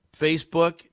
Facebook